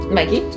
Mikey